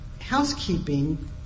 housekeeping